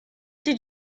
did